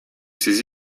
ses